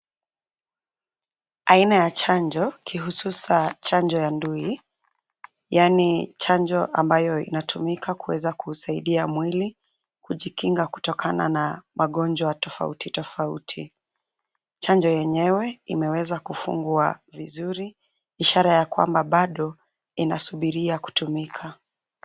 Aina ya chanjo kihususani chanjo ya ndui yaani chanjo ambayo inatumika kuweza kusaidia mwili kujikinga kutokana na magonjwa tofauti tofauti. Chanjo yenyewe imeweza kufungwa vizuri ishara ya kwamba bado ina subiria kutumika.